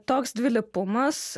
toks dvilypumas